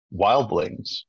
wildlings